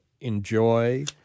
enjoy